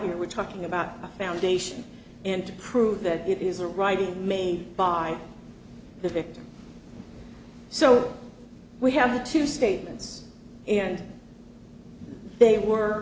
here we're talking about a foundation and to prove that it is a right made by the victim so we have the two statements and they were